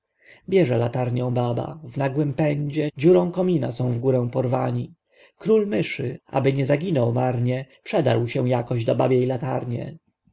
bierze latarnią baba w nagłym pędzie dziurą komina są w górę porwani król myszy aby nie zaginął marnie przedarł się jakoś do babiej latarnie